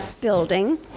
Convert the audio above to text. building